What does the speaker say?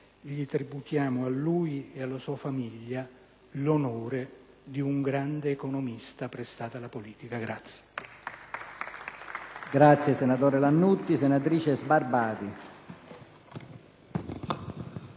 tributiamo a lui e alla sua famiglia l'onore di un grande economista prestato alla politica.